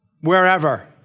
wherever